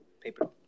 Paper